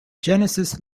genesis